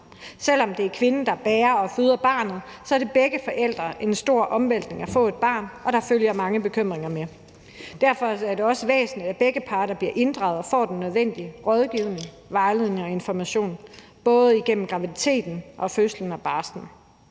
Selv om det er kvinden, der bærer og føder barnet, er det for begge forældre en stor omvæltning at få et barn, og der følger mange bekymringer med. Derfor er det også væsentligt, at begge parter bliver inddraget og får den nødvendige rådgivning, vejledning og information, både igennem graviditeten, fødslen og barslen.